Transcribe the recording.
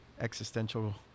existential